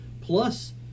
Plus